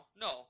No